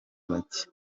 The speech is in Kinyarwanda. bake